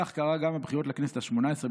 כך קרה גם בבחירות לכנסת השמונה-עשרה,